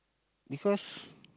because